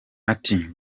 ati